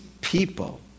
people